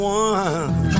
one